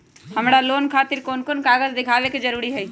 हमरा लोन खतिर कोन कागज दिखावे के जरूरी हई?